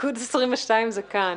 מלכוד 22 זה כאן.